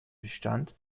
bestand